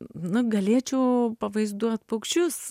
nu galėčiau pavaizduot paukščius